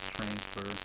Transfer